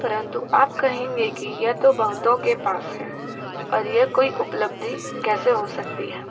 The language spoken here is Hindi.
परंतु आप कहेंगे कि यह तो बहुतो के पास है और यह कोई उपलब्धि कैसे हो सकती है